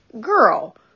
girl